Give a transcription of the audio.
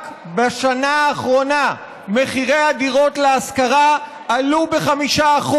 רק בשנה האחרונה מחירי הדירות להשכרה עלו ב-5%.